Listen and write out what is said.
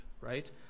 right